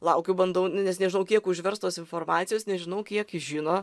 laukiu bandau nu nes nežinau kiek užverst tos informacijos nežinau kiek ji žino